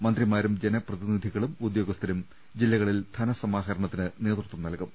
മന്ത്രിമാരും ജനപ്ര തിനിധികളും ഉദ്യോഗസ്ഥരും ജില്ലകളിൽ ധനസമാഹരണത്തിന് നേതൃത്വം നൽകും